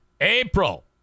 April